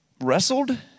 wrestled